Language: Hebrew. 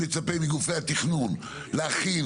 ואני מצפה מגופי התכנון להכין,